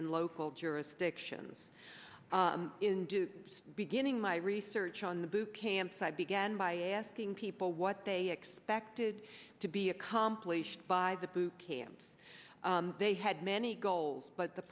and local jurisdictions in do beginning my research on the bootcamps i began by asking people what they expected to be accomplished by the bootcamps they had many goals but the